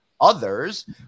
Others